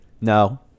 No